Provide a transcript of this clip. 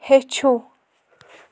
ہیٚچھِو